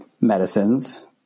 medicines